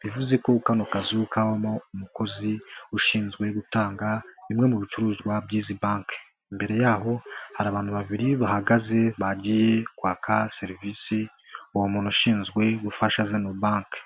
Bivuze ko kano kazu kabamo umukozi ushinzwe gutanga bimwe mu bicuruzwa by'izi banki. Imbere yaho,.hari abantu babiri bahagaze bagiye kwaka serivisi uwo muntu ushinzwe gufasha zino banki.